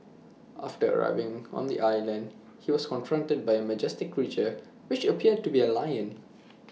after arriving on the island he was confronted by A majestic creature which appeared to be A lion